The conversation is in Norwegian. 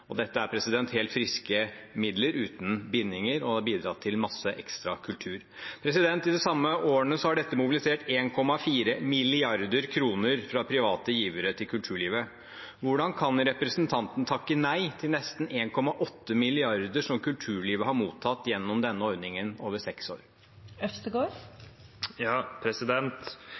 Dette er helt friske midler uten bindinger, og de har bidratt til masse ekstra kultur. De samme årene har dette mobilisert 1,4 mrd. kr fra private givere til kulturlivet. Hvordan kan representanten takke nei til nesten 1,8 mrd. kr som kulturlivet har mottatt gjennom denne ordningen over seks